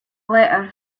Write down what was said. letter